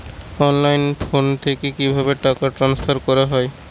অনলাইনে ফোন থেকে কিভাবে টাকা ট্রান্সফার করা হয়?